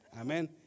Amen